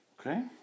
Okay